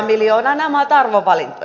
nämä ovat arvovalintoja